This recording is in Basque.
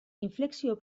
inflexio